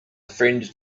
friend